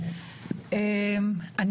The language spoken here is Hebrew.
בבקשה.